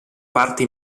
parte